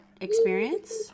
experience